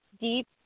deep